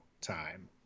time